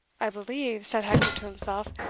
i believe, said hector to himself,